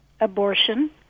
abortion